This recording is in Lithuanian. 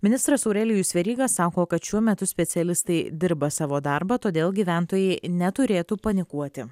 ministras aurelijus veryga sako kad šiuo metu specialistai dirba savo darbą todėl gyventojai neturėtų panikuoti